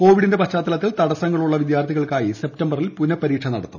കോവിഡിന്റെ പശ്ചാത്തലത്തിൽ തടസ്സങ്ങളുള്ള വിദ്യാർത്ഥികൾക്കായി സെപ്തംബറിൽ പുനഃപരീക്ഷ നടത്തും